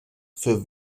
für